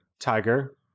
tiger